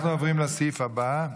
אנחנו עוברים לסעיף הבא,